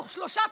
תוך שלושה,